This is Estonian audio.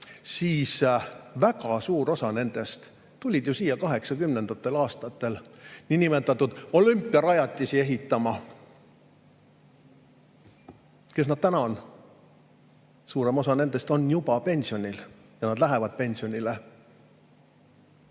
siis väga suur osa nendest tuli ju siia 1980. aastatel niinimetatud olümpiarajatisi ehitama. Kes nad täna on? Suurem osa nendest on juba pensionil ja osa läheb peagi pensionile.